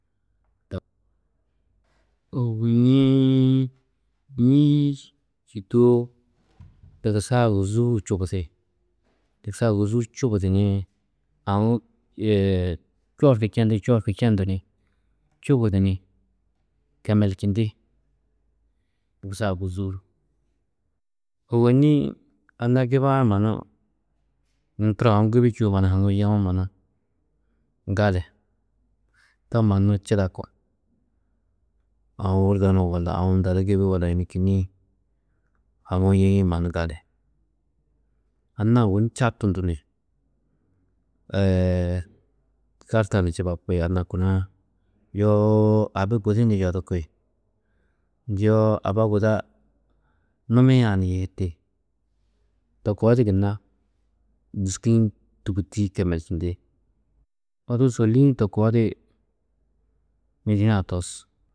ñê-ĩ čîtoo, dugusa ôguzuu hu čubudi, dugusa ôguzuu čubudu ni aũ yê čoorku čendĩ, čoorku čendu ni čubudu ni kemelčindi, dugusa ôguzuu hu. Ôwonni anna giba-ã mannu yunu turo aũ gibi čûwo mannu haŋuũ yewo mannu gali, to mannu čidaku. Aũ wurdo nuũ walla, aũ unda du gibi walla, yunu kînniĩ haŋuũ yeîe mannu gali. Anna-ã ôwonni čabtundu ni karta ni čubapi, anna kunu-ã, yoo abi gudi ni yodirki, yoo aba guda numia-ã ni yighiti, to koo di gunna dûski-ĩ tûguti kemelčindi. Odu sôlli-ĩ to koo di mêdi hunã tus.